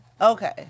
Okay